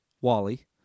Wally